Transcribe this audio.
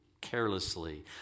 Carelessly